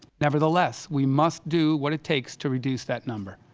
nevertheless we must do what it takes to reduce that number.